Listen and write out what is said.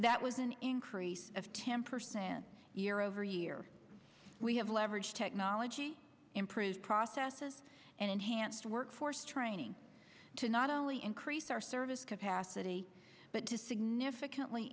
that was an increase of ten percent year over year we have leverage technology improves processes and enhanced workforce training to not only increase our service capacity but to significantly